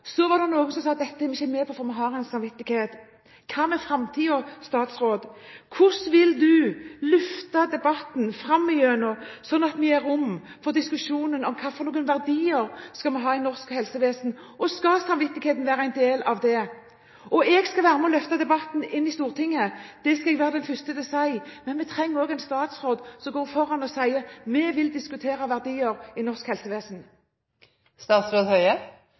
var det noen som sa at dette var de ikke med på, for de hadde en samvittighet. Hva med framtiden? Hvordan vil statsråden løfte debatten framover sånn at vi har rom for diskusjon om hvilke verdier vi skal ha i norsk helsevesen – og skal samvittigheten være en del av dette? Jeg skal være med på å løfte debatten inn i Stortinget. Det skal jeg være den første til å si. Men vi trenger også en statsråd som går foran og sier at vi vil diskutere verdier i norsk